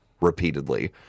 repeatedly